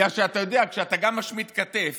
בגלל שאתה יודע, גם כשאתה שומט כתף